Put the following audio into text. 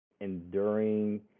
enduring